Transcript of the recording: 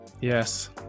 Yes